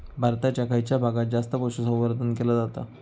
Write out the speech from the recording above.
भारताच्या खयच्या भागात जास्त पशुसंवर्धन केला जाता?